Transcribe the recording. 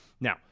Now –